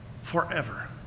Forever